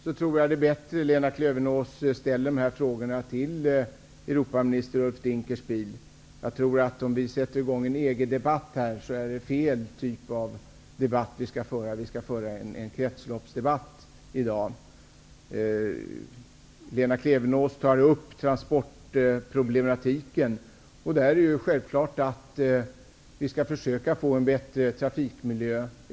Jag tror att det är bättre att Lena Klevenås ställer frågorna om Europaanpassningen till Europaminister Ulf Dinkelspiel. Om vi sätter i gång en EG-debatt här, blir det fel typ av debatt. Vi skall föra en kretsloppsdebatt i dag. Lena Klevenås tar upp transportproblematiken. Det är självklart att vi skall försöka få en bättre trafikmiljö.